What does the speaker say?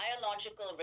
biological